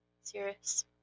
serious